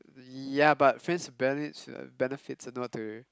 ya but friends with bene~ benefits are not to